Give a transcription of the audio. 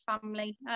family